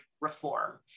reform